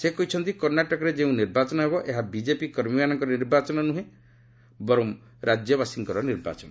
ସେ କହିଛନ୍ତି କର୍ଷ୍ଣାଟକରେ ଯେଉଁ ନିର୍ବାଚନ ହେବ ଏହା ବିକେପି କର୍ମୀମାନଙ୍କର ନିର୍ବାଚନ ନୁହେଁ ବରଂ ରାଜ୍ୟବାସୀଙ୍କର ନିର୍ବାଚନ